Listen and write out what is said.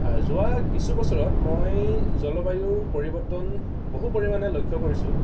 যোৱা কিছু বছৰত মই জলবায়ুৰ পৰিৰ্ৱতন বহু পৰিমাণে লক্ষ্য কৰিছোঁ